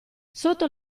sotto